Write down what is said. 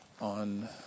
on